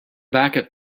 backup